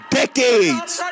decades